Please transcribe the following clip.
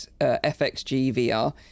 FXGVR